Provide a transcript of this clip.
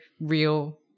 real